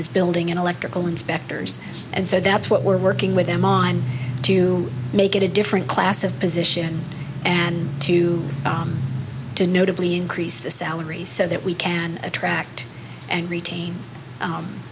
is building an electrical inspectors and so that's what we're working with them on to make it a different class of position and to to notably increase the salaries so that we can attract and retain